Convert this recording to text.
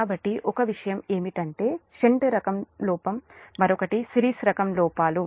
కాబట్టి ఒక విషయం ఏమిటంటే షంట్ రకం లోపం మరొకటి సిరీస్ రకం లోపాలు